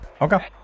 Okay